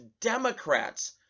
Democrats